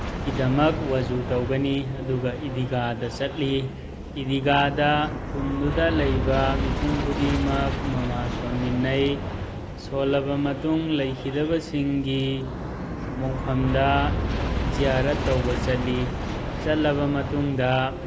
ꯀꯤꯗꯃꯛ ꯋꯥꯖꯨ ꯇꯧꯒꯅꯤ ꯑꯗꯨꯒ ꯏꯗꯤꯒꯥꯗ ꯆꯠꯂꯤ ꯏꯗꯤꯒꯥꯗ ꯈꯨꯟꯗꯨꯗ ꯂꯩꯕ ꯃꯤꯄꯨꯝ ꯈꯨꯗꯤꯡꯃꯛ ꯅꯃꯥꯁ ꯁꯣꯟꯃꯤꯟꯅꯩ ꯁꯣꯜꯂꯕ ꯃꯇꯨꯡ ꯂꯩꯈꯤꯗꯕꯁꯤꯡꯒꯤ ꯃꯣꯡꯐꯝꯗ ꯖꯤꯌꯥꯔꯠ ꯇꯧꯕ ꯆꯠꯂꯤ ꯆꯠꯂꯕ ꯃꯇꯨꯡꯗ